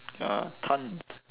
ya tons